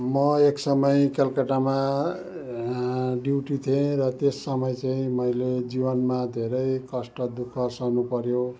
म एकसमय कलकत्तामा ड्युटी थिएँ र त्यस समय चाहिँ मैले जीवनमा धेरै कष्ट दुखः सहनु पऱ्यो